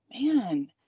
man